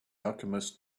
alchemist